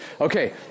Okay